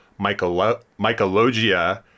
Mycologia